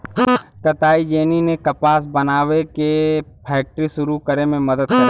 कताई जेनी ने कपास बनावे के फैक्ट्री सुरू करे में मदद करला